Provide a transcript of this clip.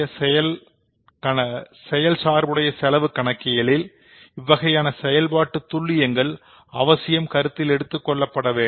செயல் சார்புடைய செலவு கணக்கியியலில் இவ்வகையான செயல்பாட்டு துள்ளியங்கள் அவசியம் கருத்தில் எடுத்துக் கொள்ளப்பட வேண்டும்